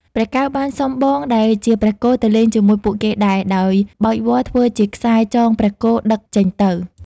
ព្រះកែវបានសុំបងដែលជាព្រះគោទៅលេងជាមួយពួកគេដែរ ដោយបោចវល្លិធ្វើជាខ្សែចងព្រះគោដឹកចេញទៅ ។